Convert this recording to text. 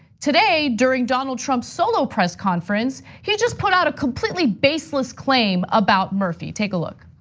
today, during donald trump's solo press conference, he just put out a completely baseless claim about murphy. take a look.